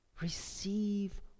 Receive